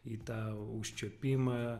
į tą užčiuopimą